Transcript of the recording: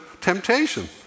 temptation